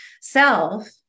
self